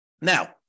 Now